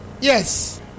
Yes